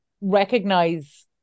recognize